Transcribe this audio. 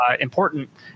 important